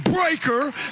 breaker